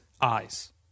eyes